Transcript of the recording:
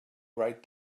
right